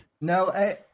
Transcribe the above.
no